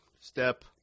step